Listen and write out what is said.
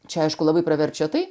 čia aišku labai praverčia tai